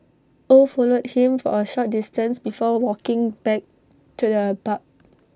oh followed him for A short distance before walking back to the pub